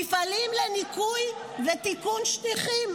מפעלים לניקוי ותיקון שטיחים.